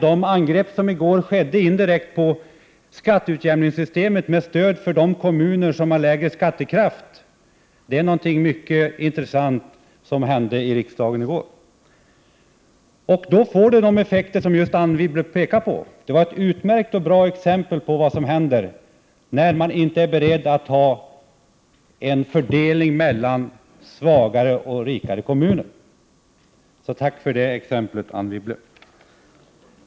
Det angrepp som i går indirekt gjordes på skatteutjämningssystemet, dvs. stöd för de kommuner som har lägre skattekraft, var något mycket intressant — och det hände alltså i riksdagen i går. När det gäller effekterna gav Anne Wibble som sagt ett utmärkt exempel på vad som händer, när man inte är beredd att gå med på en fördelning mellan svagare och rikare kommuner. Tack för det exemplet, Anne Wibble.